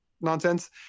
nonsense